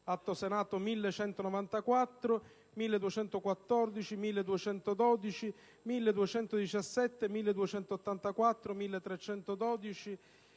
Atti Senato nn. 1194, 1214, 1212, 1217, 1284, 1312,